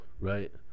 Right